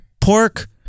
pork